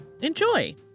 Enjoy